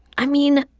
i mean